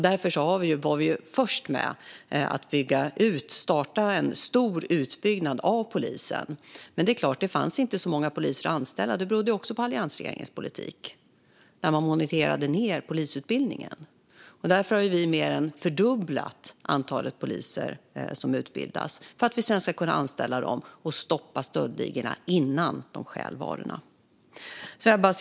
Därför startade vi en stor utbyggnad av polisen. Men på grund av alliansregeringens nedmontering av polisutbildningen fanns det inte så många poliser att anställa. Därför har vi mer än fördubblat antalet utbildningsplatser så att vi kan anställa fler poliser och stoppa stöldligorna innan de stjäl varorna.